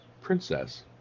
princess